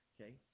okay